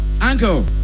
uncle